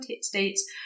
states